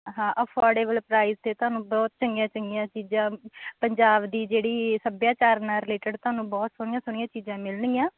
ਹਾਂ affordable price 'ਤੇ ਤੁਹਾਨੂੰ ਬਹੁਤ ਚੰਗੀਆਂ ਚੰਗੀਆਂ ਚੀਜ਼ਾਂ ਪੰਜਾਬ ਦੀ ਜਿਹੜੀ ਸੱਭਿਆਚਾਰ ਨਾਲ ਰਿਲੇਟਡ ਤੁਹਾਨੂੰ ਬਹੁਤ ਸੋਹਣੀਆਂ ਸੋਹਣੀਆਂ ਚੀਜ਼ਾਂ ਮਿਲਣਗੀਆਂ